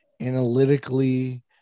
analytically